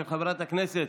של חברת הכנסת